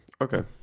Okay